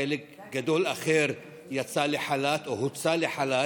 חלק גדול אחר יצא לחל"ת או הוצא לחל"ת,